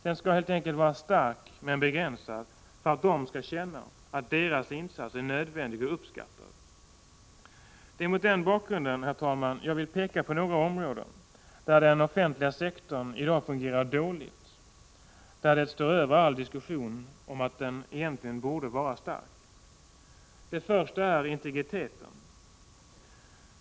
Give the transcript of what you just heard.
Den skall helt enkelt vara stark men begränsad för att de skall känna att deras insats är nödvändig och uppskattad. Det är mot den bakgrunden, herr talman, som jag vill peka på några områden, där den offentliga sektorn i dag fungerar dåligt, men där det står över all diskussion att den borde vara stark. Det första är integriteten.